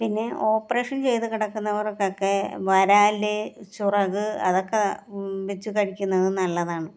പിന്നെ ഓപ്പറേഷൻ ചെയ്ത് കിടക്കുന്നവർക്കൊക്കെ വരാൽ ചുറക് അതൊക്കെ വെച്ച് കഴിക്കുന്നത് നല്ലതാണ്